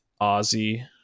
Ozzy